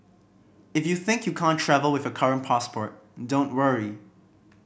if you think you can't travel with your current passport don't worry